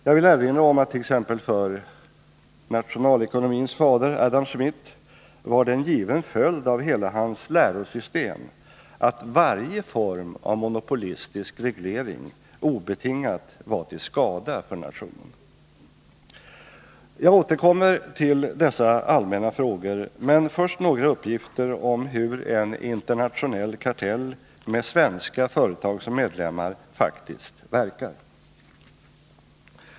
Jag vill erinra om att det t.ex. för nationalekonomins fader Adam Smith var en given följd av hela hans lärosystem att varje form av monopolistisk reglering obetingat var till skada för nationen. Jag återkommer till dessa allmänna frågor, men först några uppgifter om hur en internationell kartell med svenska företag som medlemmar faktiskt verkar.